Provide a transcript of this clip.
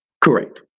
Correct